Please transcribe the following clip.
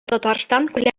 татарстан